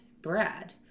Brad